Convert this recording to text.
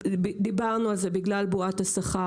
דיברנו על זה בגלל בועת השכר,